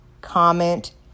comment